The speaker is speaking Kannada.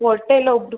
ಹೊಟ್ಟೆಎಲ್ಲ ಉಬ್ರಿಸ್ಕೊಂಡು